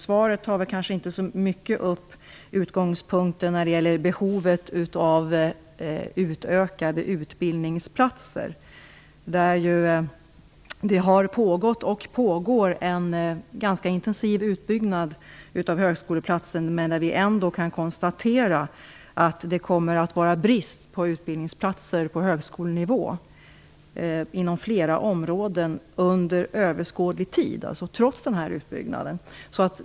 Svaret tar kanske inte upp utgångspunkten när det gäller behovet av ett utökat antal utbildningsplatser. Det har pågått och pågår en ganska intensiv utbyggnad av antalet högskoleplatser. Men vi kan ändå konstatera att det kommer att finnas en brist på utbildningsplatser på högskolenivå inom flera områden under överskådlig tid - trots utbyggnaden.